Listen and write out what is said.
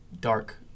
dark